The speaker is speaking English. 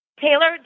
Taylor